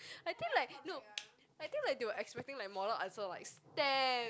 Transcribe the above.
I think like look I think like they were expecting like model answer like stamps